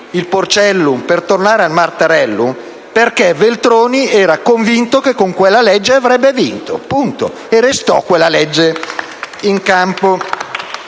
il porcellum per tornare al Mattarellum perché Veltroni era convinto che con quella legge avrebbe vinto. Tutto qua, e restò in campo